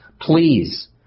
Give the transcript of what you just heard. Please